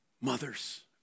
mothers